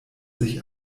sich